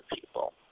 people